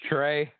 Trey